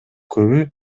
көбү